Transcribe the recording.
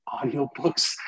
Audiobooks